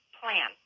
plan